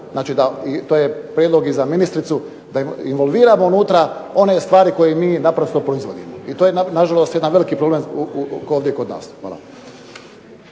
da i to je prijedlog i za ministricu da involviramo unutra one stvari koje mi naprosto proizvodimo. I to je na žalost jedan veliki problem ovdje kod nas. Hvala.